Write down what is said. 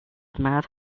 mad